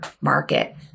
market